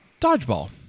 dodgeball